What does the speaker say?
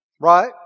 Right